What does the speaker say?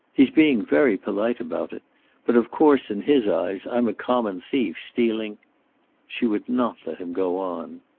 he's being very polite about it but, of course, in his eyes i'm a common thief, stealing she would not let him go on.